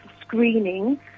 screening